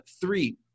Three